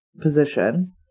position